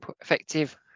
effective